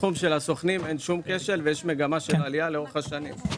בתחום של הסוכנים אין שום כשל ויש מגמה של עלייה לאורך השנים.